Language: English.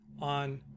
on